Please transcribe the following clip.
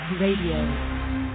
Radio